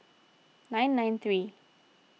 nine nine three